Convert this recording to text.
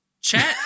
Chat